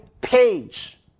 page